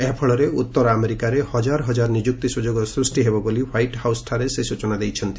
ଏହାଫଳରେ ଉତ୍ତର ଆମେରିକାରେ ହଜାର ହଜାର ନିଯୁକ୍ତି ସୁଯୋଗ ସୃଷ୍ଟି ହେବ ବୋଲି ହ୍ୱାଇଟ୍ ହାଉସ୍ଠାରେ ସେ ସ୍ବଚନା ଦେଇଛନ୍ତି